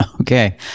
Okay